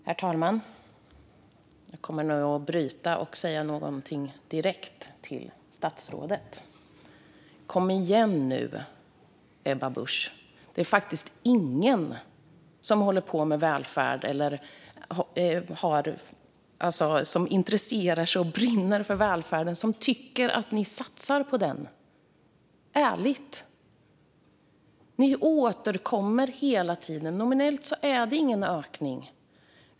Herr talman! Jag kommer nu att bryta mot praxis och säga någonting direkt till statsrådet. Kom igen nu, Ebba Busch! Det är ingen som håller på med välfärd eller intresserar sig och brinner för välfärden som tycker att ni satsar på den. Ärligt talat: Ni återkommer hela tiden till det, men nominellt är det ingen ökning.